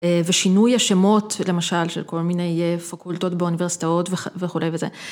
ושינוי השמות, למשל, של כל מיני פקולטות באוניברסיטאות וכולי וזה.